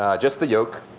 just the yolk.